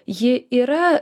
ji yra